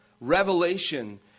Revelation